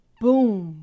Boom